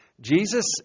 Jesus